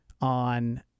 on